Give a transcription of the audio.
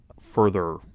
further